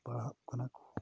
ᱯᱟᱲᱦᱟᱜ ᱠᱟᱱᱟ ᱠᱚ